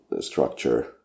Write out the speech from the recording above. structure